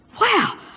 wow